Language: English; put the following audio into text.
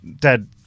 dad